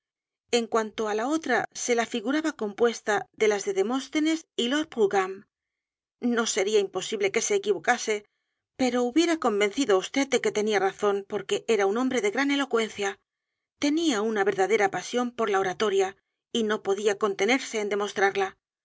en cuanto á la otra se la figuraba compuesta de las de demóstenes y lord broug h a m no sería imposible que se equivocase pero hubiera convencido á vd de que tenía razón porque era hombre de gran elocuencia tenía una verdadera p a sión por la oratoria y no podía contenerse en demostrarla